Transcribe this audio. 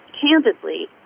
candidly